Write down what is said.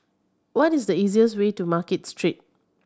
what is the easiest way to Market Street